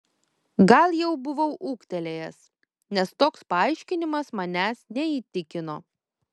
gal jau buvau ūgtelėjęs nes toks paaiškinimas manęs neįtikino